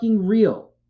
real